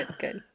good